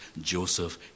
Joseph